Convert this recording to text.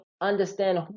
understand